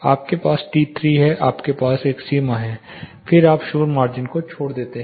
आपके पास t3 है यह आपकी सीमा है फिर आप शोर मार्जिन को छोड़ देते हैं